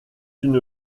une